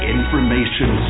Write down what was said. Information